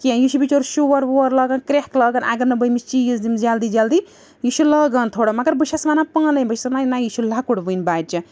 کیٚنٛہہ یہِ چھِ بِچور شور وور لاگان کرٛٮ۪کھ لاگان اَگر نہٕ بہٕ أمِس چیٖز دِمہٕ جلدی جلدی یہِ چھِ لاگان تھوڑا مگر بہٕ چھَس وَنان پانَے بہٕ چھَس وَنان نہ یہِ چھِ لۄکُٹ وٕنۍ بَچہِ